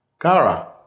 Kara